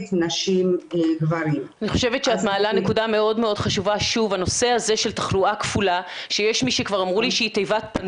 כיוון שאם גורמי המקצוע מזהים שהתחלואה הכפולה היא בעצם הדרך לפרום את